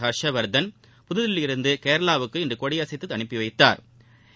ஹர்ஷவர்தள் புதுதில்லியிலிருந்து கேரளாவுக்கு இன்று கொடியசைத்து அனுப்பி வைத்தாா்